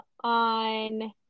on